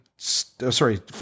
sorry